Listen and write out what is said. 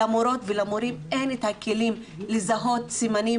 למורות ולמורים אין את הכלים לזהות סימנים